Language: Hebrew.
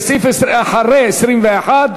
יצחק וקנין, נסים זאב ואברהם מיכאלי,